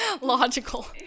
logical